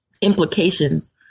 implications